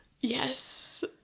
Yes